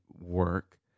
work